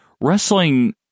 wrestling